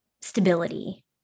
stability